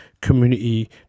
community